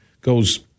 goes